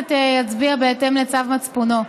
ושכל חבר כנסת יצביע בהתאם לצו מצפונו.